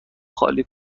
خالی